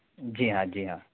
जी हाँ जी हाँ